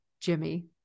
Jimmy